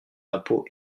l’impôt